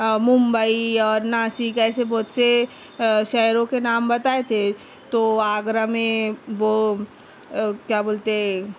ممبئی اور ناسک ایسے بہت سے شہروں کے نام بتائے تھے تو آگرہ میں وہ کیا بولتے ہیں